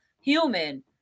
human